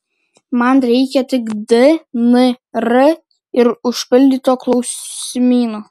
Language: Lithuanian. man reikia tik dnr ir užpildyto klausimyno